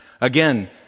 Again